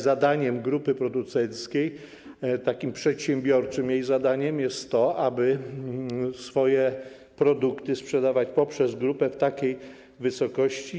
Zadaniem grupy producenckiej, takim przedsiębiorczym jej zadaniem jest to, aby swoje produkty sprzedawać poprzez grupę w takiej wysokości.